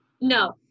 No